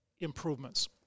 improvements